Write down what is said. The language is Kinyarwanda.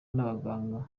n’abaganga